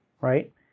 right